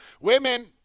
women